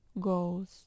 goals